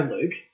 Luke